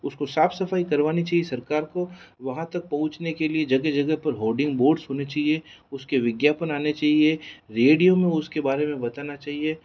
उसको साफ़ सफ़ाई करवानी चाहिए सरकार को वहाँ तक पहुँचाने के लिये जगह जगह पर होर्डिंग बोर्ड्स होने चाहिए उसके विज्ञापन आने चाहिए रेडियो में उसके बारे में बताना चाहिए